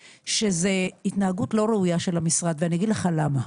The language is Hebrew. שזאת התנהגות לא ראויה של המשרד ואני אגיד לך למה.